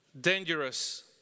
dangerous